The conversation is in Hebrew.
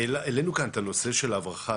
העלינו כאן את הנושא של הברחה.